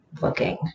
looking